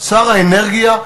חברנו חבר הכנסת צחי הנגבי.